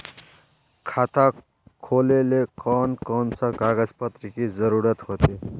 खाता खोलेले कौन कौन सा कागज पत्र की जरूरत होते?